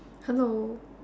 hello